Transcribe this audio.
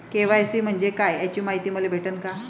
KYC म्हंजे काय याची मायती मले भेटन का?